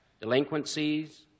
Delinquencies